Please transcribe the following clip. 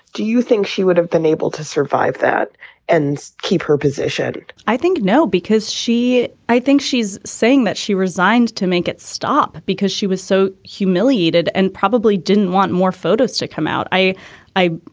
do you think she would have been able to survive that and her position i think no because she i think she's saying that she resigned to make it stop because she was so humiliated and probably didn't want more photos to come out. i i